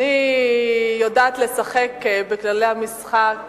אני יודעת לשחק בכללי המשחק